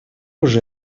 уже